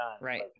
Right